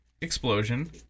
Explosion